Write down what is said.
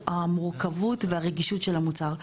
המורכבות והרגישות של המוצר.